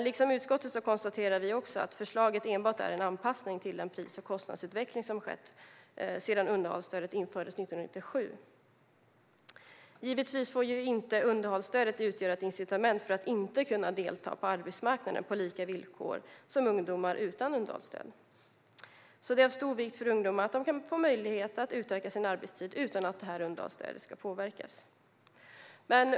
Liksom utskottet konstaterar vi också att förslaget enbart är en anpassning till den pris och kostnadsutveckling som har skett sedan underhållsstödet infördes 1997. Givetvis får underhållsstödet inte utgöra ett hinder för att kunna delta på arbetsmarknaden på samma villkor som ungdomar utan underhållsstöd. Det är av stor vikt för ungdomar att de kan få möjlighet att utöka sin arbetstid utan att detta underhållsstöd påverkas.